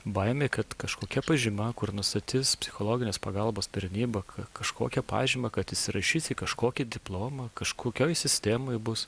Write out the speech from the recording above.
baimė kad kažkokia pažyma kur nustatys psichologinės pagalbos tarnyba kažkokią pažymą kad įsirašysi kažkokį diplomą kažkokioje sistemoje bus